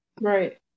Right